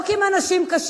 לא כי הם אנשים קשים,